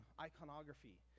iconography